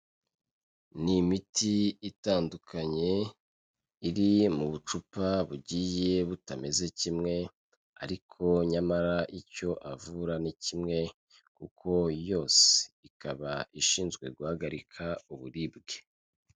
Ni imiti itandukanye, iri mu bucupa bugiye butameze kimwe ariko nyamara icyo avura ni kimwe kuko yose ikaba ishinzwe guhagarika uburibwe.